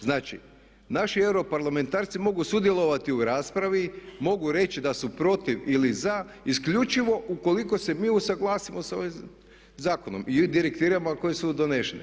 Znači, naši europarlamentarci mogu sudjelovati u raspravi, mogu reći da su protiv ili za isključivo ako se mi usuglasimo sa ovim zakonom i direktivama koje su donesene.